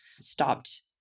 stopped